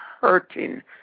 hurting